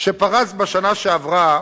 שפרץ בשנה שעברה,